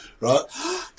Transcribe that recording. right